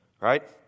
right